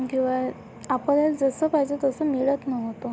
किंवा आपल्याला पाहिजे तसं मिळत नव्हतं